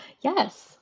yes